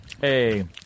Hey